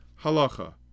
Halacha